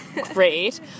great